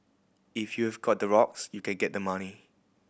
if you've got the rocks you can get the money